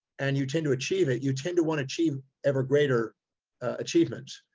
and you tend to achieve it. you tend to want achieve ever greater achievements.